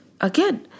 Again